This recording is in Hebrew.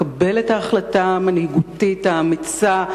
לקבל את ההחלטה המנהיגותית האמיצה,